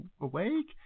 awake